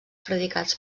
predicats